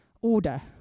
order